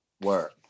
work